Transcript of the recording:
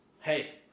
hey